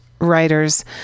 writers